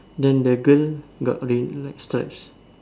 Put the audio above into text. then the girl got okay next steps